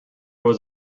was